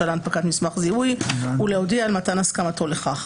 להנפקת מסמך זיהוי ולהודיע על מתן הסכמתו לכך.